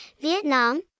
Vietnam